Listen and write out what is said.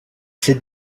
ces